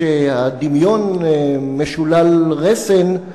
כשהדמיון משולל רסן,